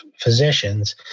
physicians